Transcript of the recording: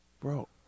Bro